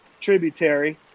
tributary